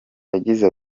yagize